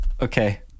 okay